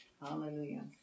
Hallelujah